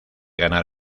ganar